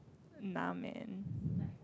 nah man